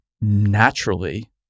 naturally